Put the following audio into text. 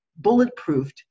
bulletproofed